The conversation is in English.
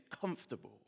comfortable